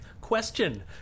question